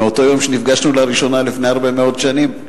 מאותו יום שנפגשנו לראשונה לפני הרבה מאוד שנים.